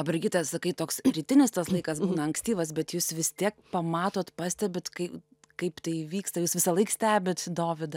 o brigita sakai toks rytinis tas laikas būna ankstyvas bet jūs vis tiek pamatot pastebit kai kaip tai įvyksta jūs visąlaik stebit dovydą